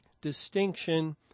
distinction